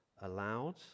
allowed